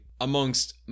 amongst